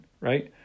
Right